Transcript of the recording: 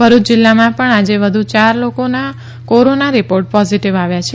ભરૂય જીલ્લામાં પણ આજે વધુ યાર લોકોના કોરોના રીપોર્ટ પોઝીટીવ આવ્યા છે